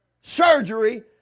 surgery